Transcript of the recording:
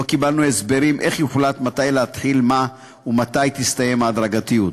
לא קיבלנו הסברים איך יוחלט מתי להתחיל מה ומתי תסתיים ההדרגתיות.